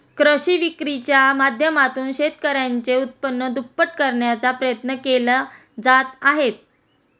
कृषी विक्रीच्या माध्यमातून शेतकऱ्यांचे उत्पन्न दुप्पट करण्याचा प्रयत्न केले जात आहेत